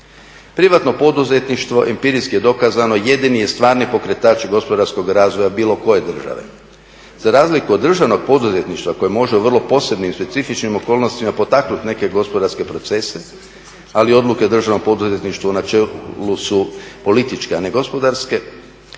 Privatno poduzetništvo, empirijski je dokazano, jedini je stvarni pokretač gospodarskog razvoja bilo koje države. Za razliku od državnog poduzetništva koje može u vrlo posebnim i specifičnim okolnostima potaknut neke gospodarske procese, ali odluke državnog poduzetništva u načelu su političke a ne gospodarske